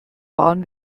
waren